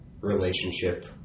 relationship